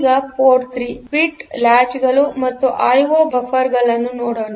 ಈಗ port 3 bit ಲ್ಯಾಚ್ಗಳು ಮತ್ತು ಐಒ ಬಫರ್ ಗಳನ್ನು ನೋಡೋಣ